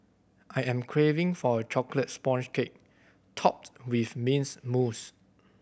I am craving for a chocolate sponge cake topped with mints mousse